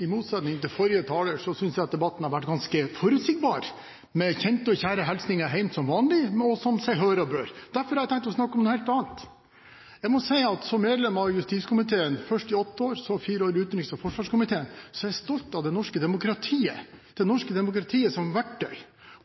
I motsetning til forrige taler synes jeg at debatten har vært ganske forutsigbar, med kjente og kjære hilsener hjem som vanlig som seg hør og bør. Derfor har jeg tenkt å snakke om noe helt annet. Som medlem av justiskomiteen i åtte år og så i fire år i utenriks- og forsvarskomiteen er jeg stolt av å ha det norske demokratiet som verktøy.